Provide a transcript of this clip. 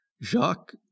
Jacques